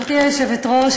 גברתי היושבת-ראש,